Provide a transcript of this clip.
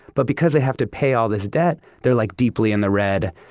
but because they have to pay all this debt, they're like, deeply in the red.